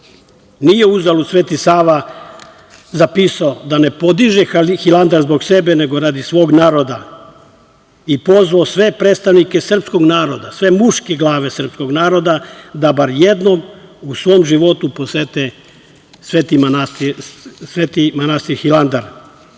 Nije uzalud Sveti Sava zapisao da ne podiže Hilandar zbog sebe, nego radi svog naroda i pozvao sve predstavnike srpskog naroda, sve muške glave srpskog naroda, da bar jednom u svom životu posete Sveti manastir Hilandar. Poštovane